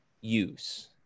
use